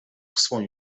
swoim